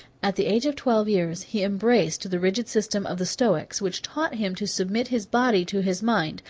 at the age of twelve years he embraced the rigid system of the stoics, which taught him to submit his body to his mind,